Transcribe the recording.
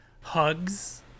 hugs